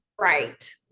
Right